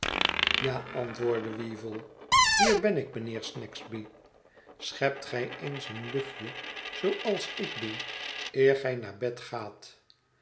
zijn antwoordt weevle hier ben ik mijnheer snagsby schept gij eens een luchtje zooals ik doe eer gij naar bed gaat